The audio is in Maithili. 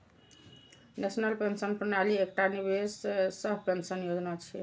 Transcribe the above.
नेशनल पेंशन प्रणाली एकटा निवेश सह पेंशन योजना छियै